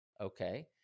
okay